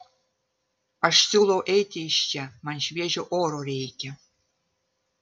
aš siūlau eiti iš čia man šviežio oro reikia